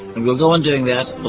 and we'll go on doing that